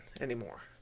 anymore